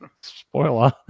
spoiler